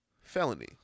Felony